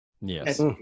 Yes